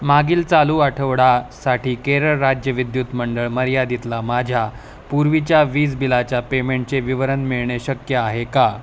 मागील चालू आठवडा साठी केरळ राज्य विद्युत मंडळ मर्यादितला माझ्या पूर्वीच्या वीज बिलाच्या पेमेंटचे विवरण मिळणे शक्य आहे का